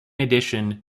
addition